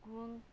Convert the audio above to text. ꯀꯨꯟ